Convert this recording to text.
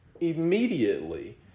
immediately